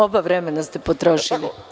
Oba vremena ste potrošili.